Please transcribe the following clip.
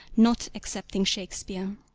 not excepting shakespeare.